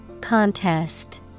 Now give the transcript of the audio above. Contest